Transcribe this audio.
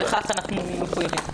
לכך אנחנו מחויבים.